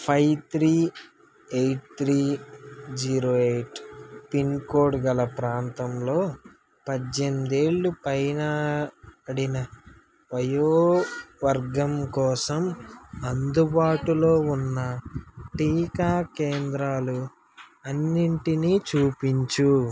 five three eight three zero eight pin code గల ప్రాంతంలో పజ్జేనిమిదేళ్లు పైన పడిన వయోవర్గంకోసం అందుబాటులో ఉన్న టీకా కేంద్రాలు అన్నిటినీ చూపించు